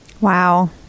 Wow